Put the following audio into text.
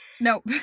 Nope